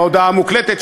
הודעה המוקלטת,